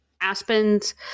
aspens